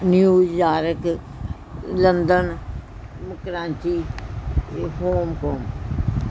New York London Karachi Hong Kong